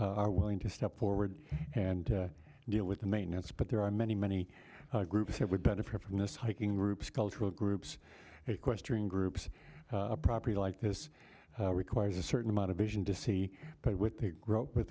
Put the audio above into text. are willing to step forward and deal with the maintenance but there are many many groups that would benefit from this hiking routes cultural groups equestrian groups property like this requires a certain amount of vision to see play with the growth with